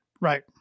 Right